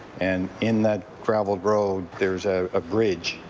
and in that gravelled road there is a ah bridge,